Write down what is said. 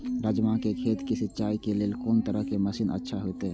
राजमा के खेत के सिंचाई के लेल कोन तरह के मशीन अच्छा होते?